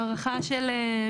סלח לי,